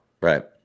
Right